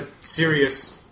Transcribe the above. serious